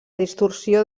distorsió